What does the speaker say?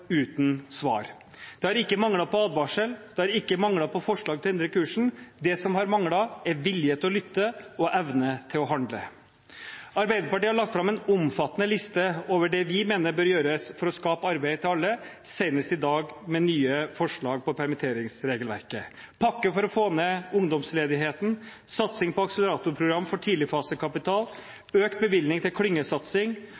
uten svar. Det har ikke manglet på advarsler, det har ikke manglet på forslag til å endre kursen. Det som har manglet, er vilje til å lytte og evne til å handle. Arbeiderpartiet har lagt fram en omfattende liste over det vi mener bør gjøres for å skape arbeid til alle, senest i dag med nye forslag til permitteringsregelverket, en pakke for å få ned ungdomsledigheten, satsing på akseleratorprogram for tidligfasekapital, økt bevilgning til klyngesatsing,